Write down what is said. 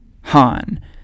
han